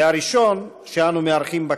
והראשון שאנו מארחים בכנסת.